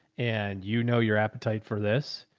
and you know, your appetite for this.